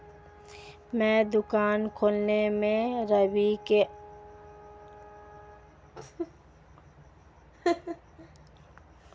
मैं दुकान खोलने में रवि की आर्थिक मदद करूंगा